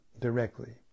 directly